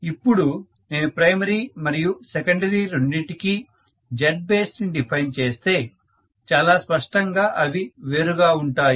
ఇప్పుడు నేను ప్రైమరీ మరియు సెకండరీ రెండింటి కీ Zbase ని డిఫైన్ చేస్తే చాలా స్పష్టంగా అవి వేరుగా ఉంటాయి